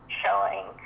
showing